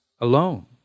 alone